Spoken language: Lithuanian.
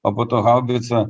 o po to haubica